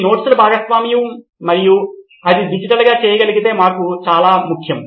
ఈ నోట్స్ల భాగస్వామ్యం మరియు అది డిజిటల్గా చేయగలిగితే మాకు చాలా ముఖ్యం